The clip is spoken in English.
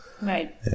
Right